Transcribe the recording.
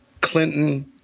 Clinton